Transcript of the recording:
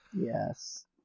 Yes